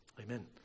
Amen